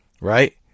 right